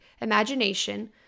imagination